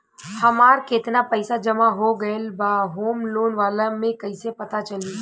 हमार केतना पईसा जमा हो गएल बा होम लोन वाला मे कइसे पता चली?